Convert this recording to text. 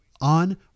on